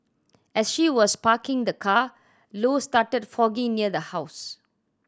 as she was parking the car Low started fogging near the house